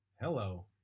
Hello